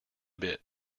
bit